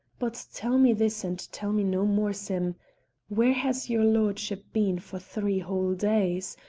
but tell me this, and tell me no more, sim where has your lordship been for three whole days?